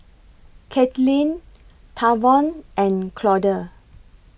Katelynn Tavon and Claude